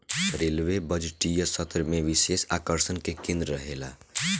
railway बजटीय सत्र में विशेष आकर्षण के केंद्र रहेला